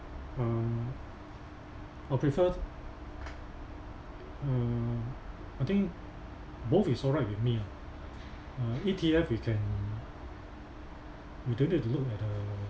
uh I prefer uh I think both is alright with me ah uh E_T_F you can you don't need to look at the